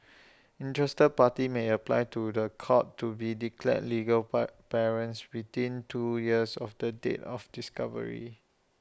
interested parties may apply to The Court to be declared legal part parents within two years of the date of discovery